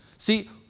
See